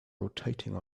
rotating